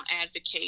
advocate